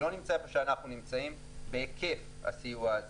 לא נמצאות איפה שאנחנו נמצאים בהיקף הסיוע הזה.